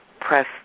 press